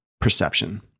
perception